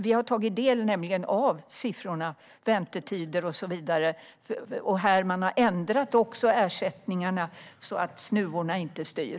Vi har tagit del av siffrorna för väntetider och så vidare. Man har också ändrat ersättningarna så att snuvorna inte styr.